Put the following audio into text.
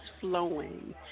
flowing